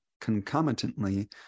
concomitantly